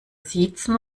siezen